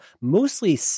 Mostly